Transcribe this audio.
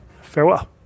Farewell